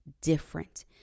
different